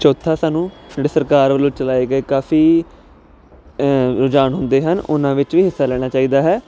ਚੌਥਾ ਸਾਨੂੰ ਜਿਹੜੇ ਸਰਕਾਰ ਵੱਲੋਂ ਚਲਾਏ ਗਏ ਕਾਫੀ ਰੁਝਾਨ ਹੁੰਦੇ ਹਨ ਉਹਨਾਂ ਵਿੱਚ ਵੀ ਹਿੱਸਾ ਲੈਣਾ ਚਾਹੀਦਾ ਹੈ